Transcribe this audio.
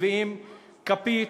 מביאים כפית,